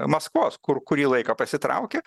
maskvos kur kurį laiką pasitraukė